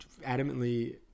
adamantly